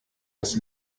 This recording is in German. das